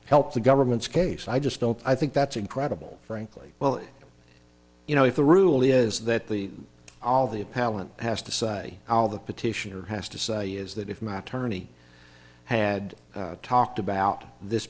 help the government's case i just don't i think that's incredible frankly well you know if the rule is that the all the pallant has to say all the petitioner has to say is that if my attorney had talked about this